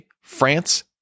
France